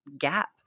gap